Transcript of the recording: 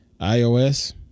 iOS